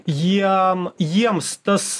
jiem jiems tas